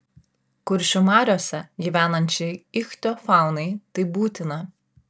kuršių mariose gyvenančiai ichtiofaunai tai būtina